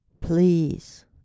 please